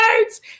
words